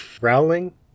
Rowling